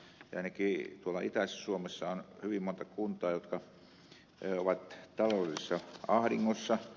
ainakin tuolla itäisessä suomessa on hyvin monta kuntaa jotka ovat taloudellisessa ahdingossa